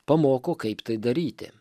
pamoko kaip tai daryti